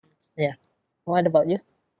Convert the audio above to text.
yeah what about you